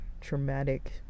traumatic